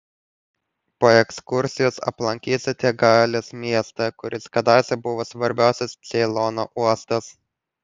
po ekskursijos aplankysite galės miestą kuris kadaise buvo svarbiausias ceilono uostas